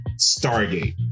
Stargate